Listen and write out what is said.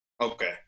Okay